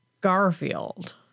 Garfield